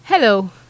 Hello